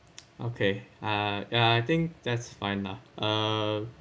okay uh I think that's fine lah uh